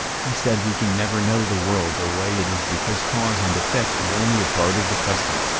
he said we can never know the world the way it is because cause and effect is only a part of the custom.